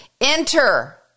enter